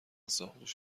ساقدوش